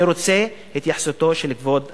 אני רוצה את התייחסותו של כבוד השר.